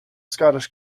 scottish